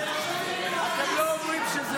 אתם רוצים שוויון,